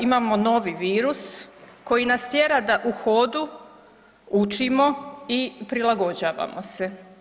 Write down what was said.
Imamo novi virus koji nas tjera da u hodu učimo i prilagođavamo se.